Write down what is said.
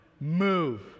Move